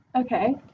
Okay